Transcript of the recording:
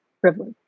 privilege